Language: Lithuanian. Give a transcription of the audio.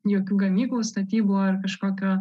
jokių gamyklų statybų ar kažkokio